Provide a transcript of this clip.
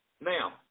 now